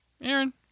Aaron